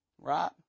Right